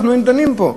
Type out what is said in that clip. היינו דנים בזה.